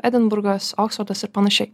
edinburgas oksfordas ir panašiai